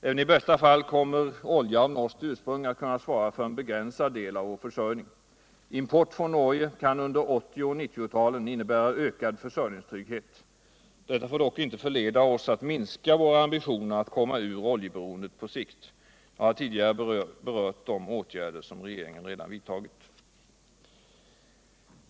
Även i bästa fall konimer olja av norskt ursprung all kunna svara för endast en begränsad del av vår försörjning. Import från Norge kan under 1980 och 1990-talen innebära ökad försörjningstrygghet. Detta får dock inte förleda oss att minska våra ambitioner att komma ur oljeberoendet på sikt. Jag har tidigare berört de åtgärder som regeringen redan vidtagit.